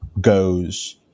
goes